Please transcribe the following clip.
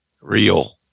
real